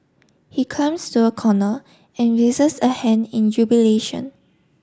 he climbs to a corner and raises a hand in jubilation